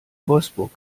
wolfsburg